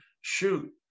shoot